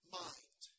mind